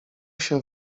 się